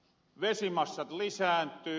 vesimassat lisääntyy